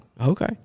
Okay